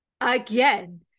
again